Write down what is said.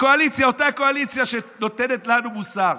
אותה קואליציה שנותנת לנו מוסר.